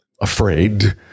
afraid